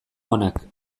onak